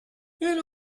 elle